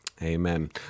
amen